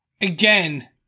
again